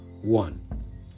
One